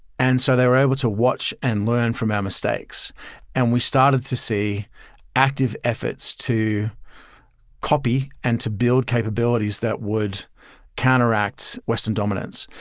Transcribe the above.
and so they were able to watch and learn from our mistakes and we started to see active efforts to copy and to build capabilities that would counteract western dominance.